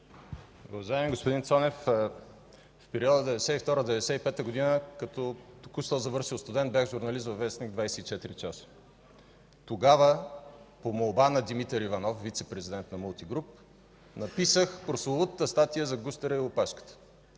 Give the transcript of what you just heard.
Уважаеми господин Цонев, в периода 1992 – 1995 г. като току-що завършил студент бях журналист във вестник „24 часа”. Тогава по молба на Димитър Иванов – вицепрезидент на „Мултигруп”, написах прословутата статия за „Гущера и опашката”,